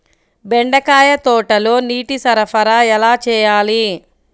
బెండకాయ తోటలో నీటి సరఫరా ఎలా చేయాలి?